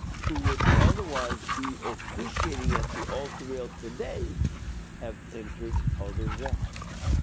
who would otherwise be officiating at the altar rail today have entered other walks.